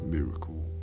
miracle